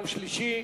יום שלישי,